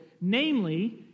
Namely